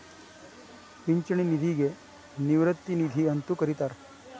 ಪಿಂಚಣಿ ನಿಧಿಗ ನಿವೃತ್ತಿ ನಿಧಿ ಅಂತೂ ಕರಿತಾರ